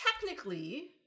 technically